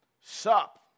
sup